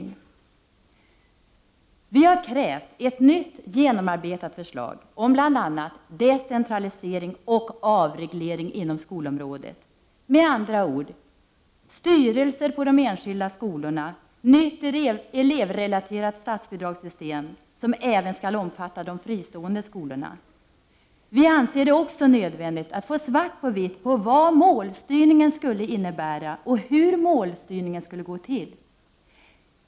Vi i miljöpartiet har krävt ett nytt och genomarbetat förslag om bl.a. decentralisering och avreglering inom skolområdet, med andra ord, styrelser på de enskilda skolorna och ett nytt elevrelaterat statsbidragssystem, som även skall omfatta de fristående skolorna. Vi anser också att det är nödvändigt att vi får svart på vitt på vad målstyrningen skulle innebära och hur den skall gå till.